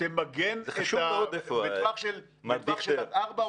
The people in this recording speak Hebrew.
תמגן בטווח של עד ארבעה קילומטר או בטווח של --- זה חשוב מאוד איפה.